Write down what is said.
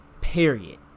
Period